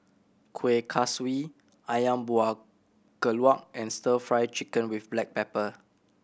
Kueh Kaswi Ayam Buah Keluak and Stir Fry Chicken with black pepper